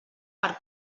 per